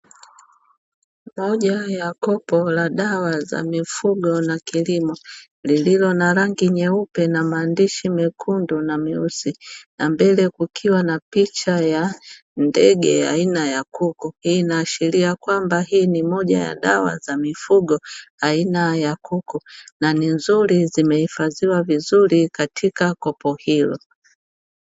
Moja ya kopo la dawa za mifugo na kilimo lililo na rangi nyeupe na maandishi mekundu na meusi; na mbele kukiwa na picha ya ndege aina ya kuku. Hii inaashiria kwamba hii ni moja ya dawa za mifugo aina ya kuku, na ni nzuri zimehifadhiwa vizuri katika kopo hilo.